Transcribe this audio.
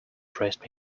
pressed